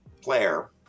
player